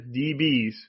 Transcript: DBs